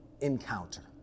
encounter